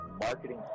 marketing